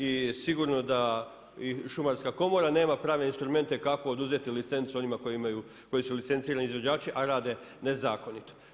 I sigurno da i šumarska komora nema prave instrumente kako oduzeti licencu onima koji imaju, koji su licencirani izvođači a rade nezakonito.